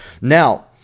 Now